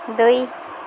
ଦୁଇ